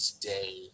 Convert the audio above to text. today